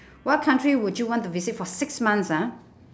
what country would you want to visit for six months ah